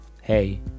Hey